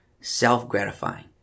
self-gratifying